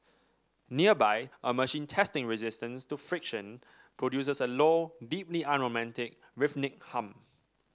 nearby a machine testing resistance to friction produces a low deeply unromantic rhythmic hum